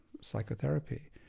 psychotherapy